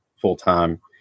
full-time